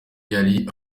yari